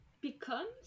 becomes